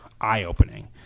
eye-opening